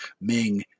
Ming